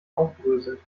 aufdröselt